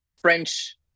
French